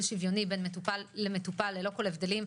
שוויוני בין מטופל למטופל ללא הבדלים,